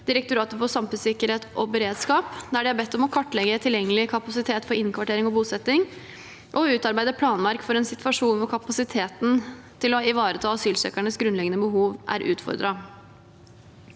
Direktoratet for samfunnssikkerhet og beredskap, der de er bedt om å kartlegge tilgjengelig kapasitet for innkvartering og bosetting og å utarbeide planverk for en situasjon der kapasiteten til å ivareta asylsøkernes grunnleggende behov er utfordret.